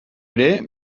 ere